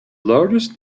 largest